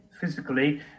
physically